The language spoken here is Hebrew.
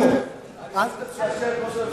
קצת יותר מכם,